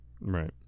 Right